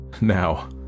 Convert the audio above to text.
Now